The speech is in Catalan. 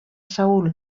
saül